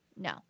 No